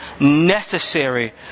necessary